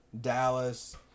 Dallas